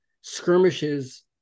skirmishes